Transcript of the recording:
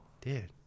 Dude